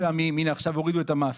עכשיו הורידו את המס